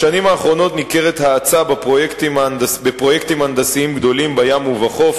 בשנים האחרונות ניכרת האצה בפרויקטים הנדסיים גדולים בים ובחוף,